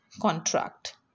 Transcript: contract